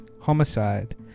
homicide